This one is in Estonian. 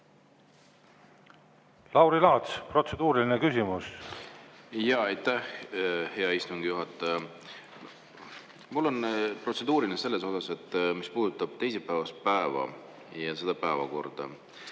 Lauri Laats, protseduuriline küsimus. Aitäh, hea istungi juhataja! Mul on protseduuriline selles osas, mis puudutab teisipäevast päeva ja seda päevakorda.